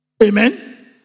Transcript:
Amen